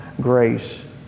grace